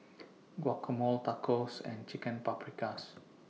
Guacamole Tacos and Chicken Paprikas